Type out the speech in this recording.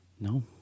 No